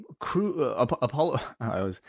Apollo